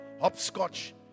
hopscotch